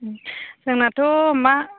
जोंनाथ' मा